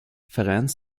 franz